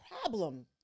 problem